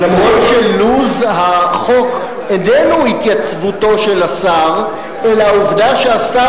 ואף-על-פי שלוז החוק איננו התייצבותו של השר אלא העובדה שהשר